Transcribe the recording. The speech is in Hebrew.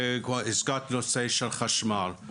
הזכרתי את הנושא של החשמל,